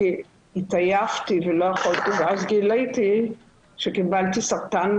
התעייפתי ולא יכולתי ואז גיליתי שקיבלתי סרטן